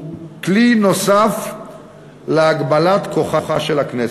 הוא כלי נוסף להגבלת כוחה של הכנסת.